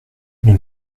nous